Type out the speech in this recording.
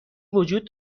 وجود